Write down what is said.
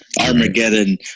Armageddon